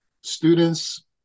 students